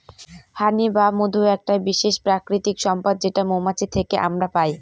হানি বা মধু একটা বিশেষ প্রাকৃতিক সম্পদ যেটা মৌমাছি থেকে আমরা পাই